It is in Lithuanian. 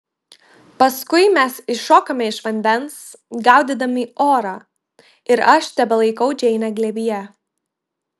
paskui mes iššokame iš vandens gaudydami orą ir aš tebelaikau džeinę glėbyje